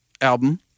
album